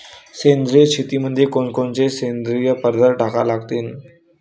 सेंद्रिय शेतीमंदी कोनकोनचे सेंद्रिय पदार्थ टाका लागतीन?